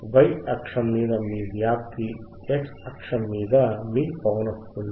Y అక్షం మీ వ్యాప్తి x అక్షం మీ పౌనఃపున్యం